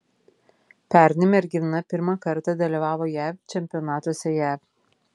pernai mergina pirmą kartą dalyvavo jav čempionatuose jav